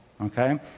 Okay